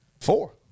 four